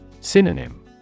Synonym